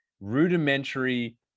rudimentary